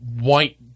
white